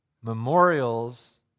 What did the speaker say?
Memorials